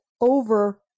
over